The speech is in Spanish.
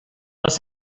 nos